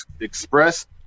Express